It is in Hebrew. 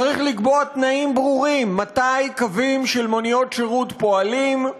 צריך לקבוע תנאים ברורים: מתי קווים של מוניות שירות פועלים,